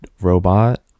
robot